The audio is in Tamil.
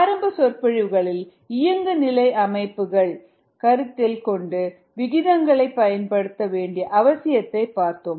ஆரம்ப சொற்பொழிவுகளில் இயங்கு நிலை அமைப்புகளைக் கருத்தில் கொண்டு விகிதங்களைப் பயன்படுத்த வேண்டிய அவசியத்தை பார்த்தோம்